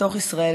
בתוך ישראל,